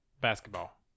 basketball